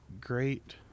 Great